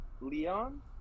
leon